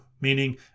meaning